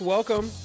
Welcome